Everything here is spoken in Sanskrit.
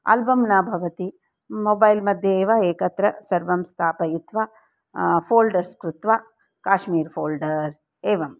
आल्बं न भवति मोबैल् मध्ये एव एकत्र सर्वं स्थापयित्वा फ़ोल्डर्स् कृत्वा काश्मीर् फ़ोल्डर् एवम्